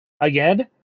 again